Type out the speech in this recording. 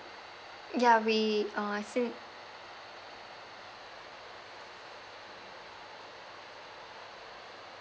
ya we uh since